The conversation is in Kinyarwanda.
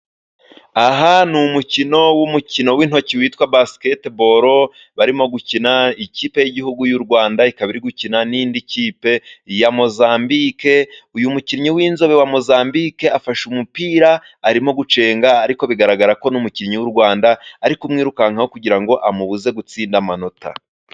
Aha ni umukino w'umukino w'intoki witwa basiketibolobarimo gukina. Ikipe y'igihugu y'u Rwanda ikaba iri gukina n'indi kipe ya Mozambique. Uyu mukinnyi w'inzobe wa Mozambique afasha umupira arimo gucenga, ariko bigaragara ko n'umukinnyi w'u Rwanda ari kumwirukankaho kugira ngo amubuze gutsinda amanota.